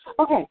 Okay